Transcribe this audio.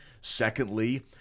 Secondly